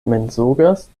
mensogas